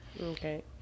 okay